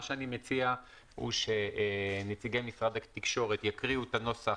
אני מציע שנציגי משרד התקשורת יקראו את הנוסח